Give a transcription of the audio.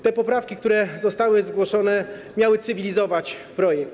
Te poprawki, które zostały zgłoszone, miały cywilizować projekt.